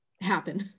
happen